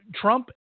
Trump